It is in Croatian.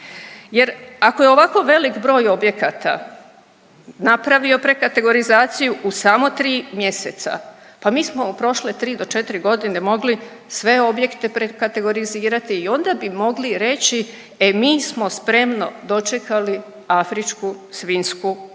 Jer ako je ovako velik broj objekata napravio prekategorizaciju u samo tri mjeseca, pa mi smo u prošle tri do četiri godine mogli sve objekte prekategorizirati i onda bi mogli reći e mi smo spremno dočekali afričku svinjsku kugu